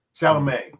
Chalamet